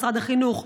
משרד החינוך,